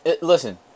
Listen